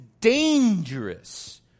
dangerous